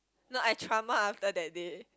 no I trauma after that day